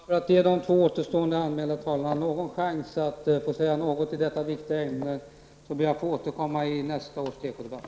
Herr talman! För att ge de två återstående talarna någon chans att få säga någonting i detta viktiga ämne ber jag att få återkomma i nästa års tekodebatt.